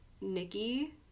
Nikki